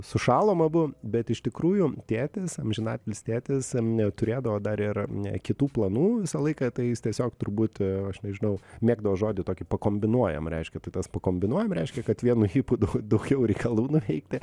sušalom abu bet iš tikrųjų tėtis amžinatilsį tėtis n turėdavo dar ir n kitų planų visą laiką tai jis tiesiog turbūt aš nežinau mėgdavo žodį tokį pakombinuojam reiškia tai tas kombinuojam reiškia kad vienu ypu dau daugiau reikalų nuveikti